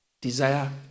desire